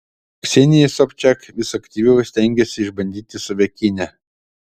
ksenija sobčak vis aktyviau stengiasi išbandyti save kine